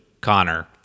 connor